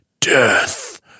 Death